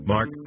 Mark